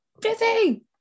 busy